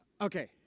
Okay